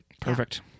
Perfect